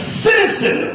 citizen